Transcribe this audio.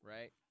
Right